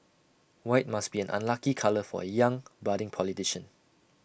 white must be an unlucky colour for A young budding politician